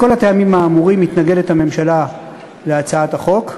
מכל הטעמים האמורים, הממשלה מתנגדת להצעת החוק.